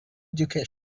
education